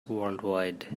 worldwide